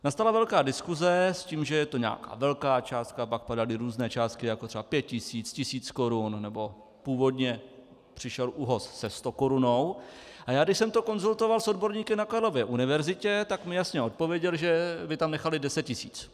Nastala velká diskuse s tím, že je to nějaká velká částka, pak padaly různé částky, jako třeba 5 tisíc, tisíc korun nebo původně přišel ÚOHS se stokorunou, a když jsem to konzultoval s odborníky na Karlově univerzitě, tak mi jasně odpověděli, že by tam nechali 10 tisíc.